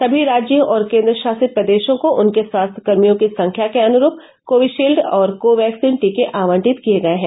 सभी राज्यों और केन्द्रशासित प्रदेशों को उनके स्वास्थ्यकर्मियों की संख्या के अनुरूप कोविशील्ड और कोवैक्सिन टीके आवंटित किए गये हैं